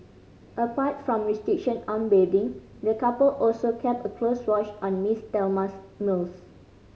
apart from restriction on bathing the couple also kept a close watch on Miss Thelma's meals